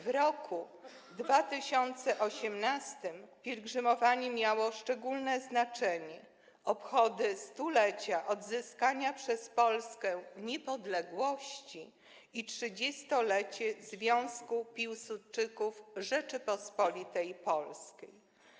W roku 2018 pielgrzymowanie miało szczególne znaczenie: obchody 100-lecia odzyskania przez Polskę niepodległości i 30-lecia Związku Piłsudczyków Rzeczypospolitej Polskiej.